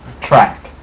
track